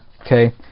okay